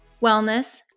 wellness